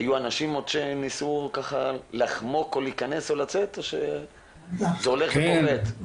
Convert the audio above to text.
היו אנשים שניסו לחמוק או להיכנס או לצאת או שזה הולך ופוחת?